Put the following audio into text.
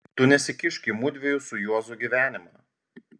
tu nesikišk į mudviejų su juozu gyvenimą